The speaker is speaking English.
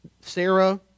Sarah